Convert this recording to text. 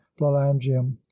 phalangium